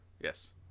Yes